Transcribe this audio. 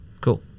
cool